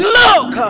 look